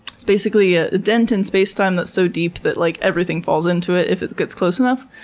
it's basically a dent in spacetime that's so deep that like everything falls in to it if it gets close enough.